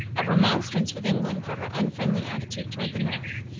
a remonstrance with england for her unfriendly attitude toward the north,